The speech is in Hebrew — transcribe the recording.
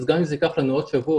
אז גם אם זה ייקח לנו עוד שבוע,